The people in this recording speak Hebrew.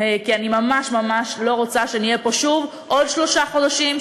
כי אני ממש ממש לא רוצה שנהיה פה שוב עוד שלושה חודשים,